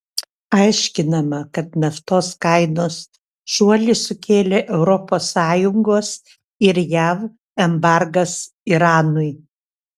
aiškinama kad naftos kainos šuolį sukėlė europos sąjungos ir jav embargas iranui